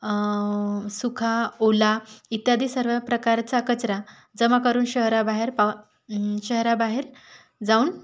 सुका ओला इत्यादी सर्वप्रकारचा कचरा जमा करून शहराबाहेर पा शहराबाहेर जाऊन